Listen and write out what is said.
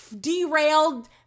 derailed